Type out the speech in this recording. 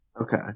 Okay